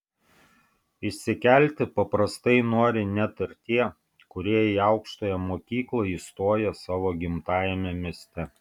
išsikelti paprastai nori net ir tie kurie į aukštąją mokyklą įstoja savo gimtajame mieste